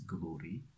glory